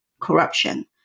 corruption